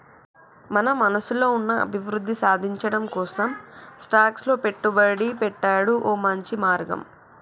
మన మనసులో ఉన్న అభివృద్ధి సాధించటం కోసం స్టాక్స్ లో పెట్టుబడి పెట్టాడు ఓ మంచి మార్గం